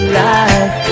life